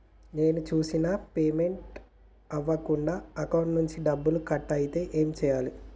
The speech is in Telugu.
నేను చేసిన పేమెంట్ అవ్వకుండా అకౌంట్ నుంచి డబ్బులు కట్ అయితే ఏం చేయాలి?